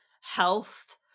health